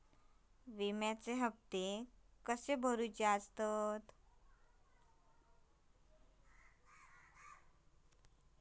विम्याचे हप्ते कसे भरुचे असतत?